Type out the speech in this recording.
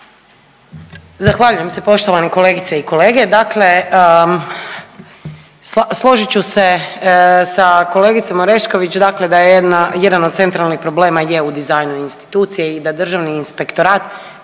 Zahvaljujem se. Poštovane kolegice i kolege. Dakle, složit ću se sa kolegicom Orešković da je jedan od centralnih problema je u dizajnu institucije i da Državni inspektorat